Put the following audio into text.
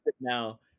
now